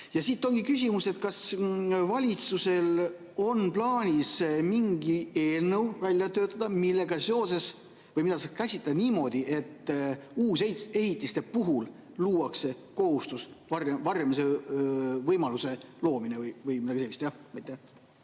Siit ongi küsimus, kas valitsusel on plaanis mingi eelnõu välja töötada, mida saab käsitleda niimoodi, et uusehitiste puhul luuakse kohustus varjumise võimaluse loomiseks või midagi sellist.